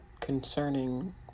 concerning